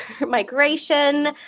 migration